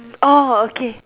orh okay